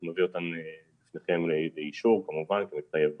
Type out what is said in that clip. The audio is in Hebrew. אנחנו נביא אותם אליכם לאישור כמתחייב בחוק.